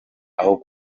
aho